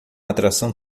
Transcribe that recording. atração